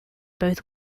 both